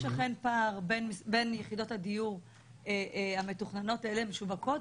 יש אכן פער בין יחידות הדיור המתוכננות לאלה המשווקות,